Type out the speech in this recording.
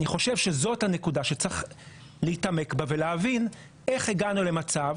אני חושב שזו הנקודה שצריך להתעמק בה ולהבין איך הגענו למצב